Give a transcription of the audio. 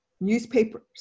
newspapers